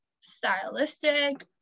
stylistic